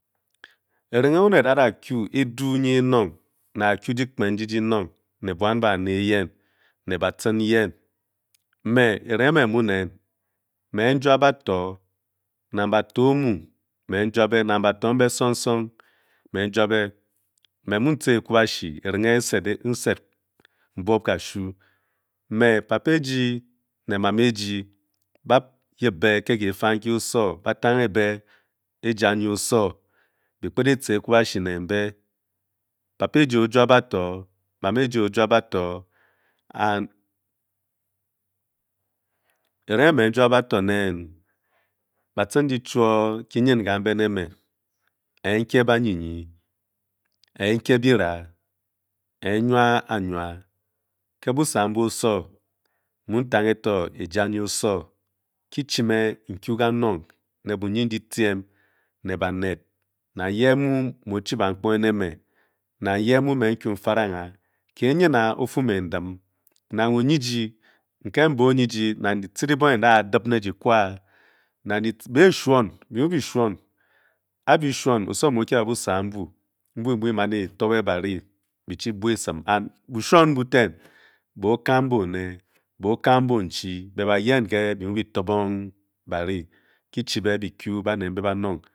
Nkele mu aned oda que a'du eny he ba tin neyen ama mu nen me jube pator na pator omu me jube na mbe me nui nma tah ecobashii me papa eji ne mame ji ba yep be le kepanh inke sowor ba tennk be ezar enye osowor me papa ji ojup pator mame ji ogub pator and nkede me jub pator wen ba tan je choir ke yen cambe le meh me reh payen yen be ba yenenga bemu kepang bely keanbe ba au kanong